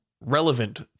Relevant